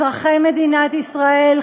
אזרחי מדינת ישראל,